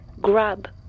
grab